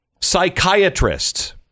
Psychiatrists